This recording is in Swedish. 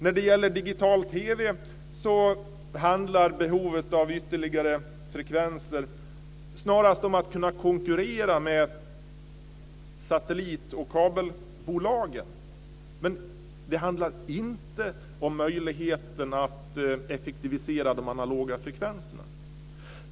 När det gäller digital TV handlar behovet av ytterligare frekvenser snarast om att kunna konkurrera med satellit och kabelbolagen. Det handlar inte om möjligheten att effektivisera de analoga frekvenserna.